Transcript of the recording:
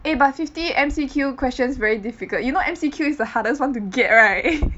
eh but fifty M_C_Q questions very difficult you know M_C_Q is the hardest one to get right